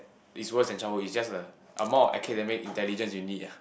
is worst than childhood it's just a armour academic intelligence uni ah